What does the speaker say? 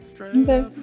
okay